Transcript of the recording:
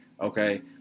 Okay